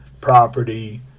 property